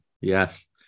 yes